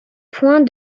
point